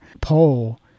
poll